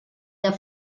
der